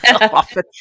Often